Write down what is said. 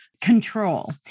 control